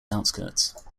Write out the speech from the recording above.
outskirts